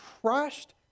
crushed